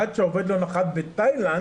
עד שעובד לא נחת בתאילנד,